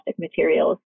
materials